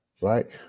Right